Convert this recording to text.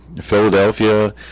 Philadelphia